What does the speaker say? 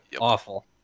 Awful